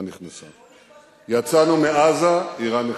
יצאנו מלבנון, אירן נכנסה.